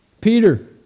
Peter